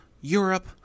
Europe